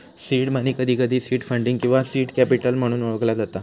seed money, कधीकधी seed funding किंवा seed capital म्हणून ओळखला जाता